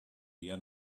día